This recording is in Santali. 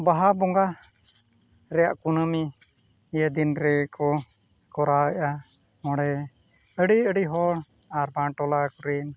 ᱵᱟᱦᱟ ᱵᱚᱸᱜᱟ ᱨᱮᱭᱟᱜ ᱠᱩᱱᱟᱹᱢᱤ ᱤᱭᱟᱹ ᱫᱤᱱ ᱨᱮᱠᱚ ᱠᱚᱨᱟᱣᱮᱜᱼᱟ ᱱᱚᱰᱮ ᱟᱹᱰᱤ ᱟᱹᱰᱤ ᱦᱚᱲ ᱟᱨ ᱵᱟᱝ ᱴᱚᱞᱟ ᱠᱚᱨᱮᱱ